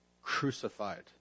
crucified